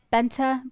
Benta